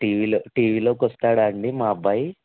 టీవీలో టీవీలోకి వస్తాడా అండి మా అబ్బాయి